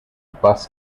bus